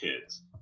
kids